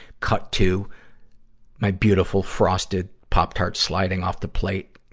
cut to my beautiful, frosted pop tart sliding off the plate,